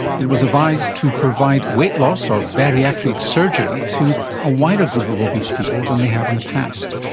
it was advised to provide weight loss, or bariatric surgery to a wider group of obese people than they have in the past.